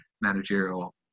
managerial